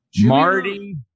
Marty